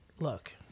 Look